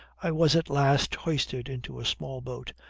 i was at last hoisted into a small boat,